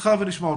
אבי?